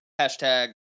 hashtag